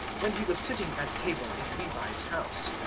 when he was sitting at table in levi's house,